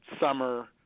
summer